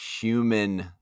human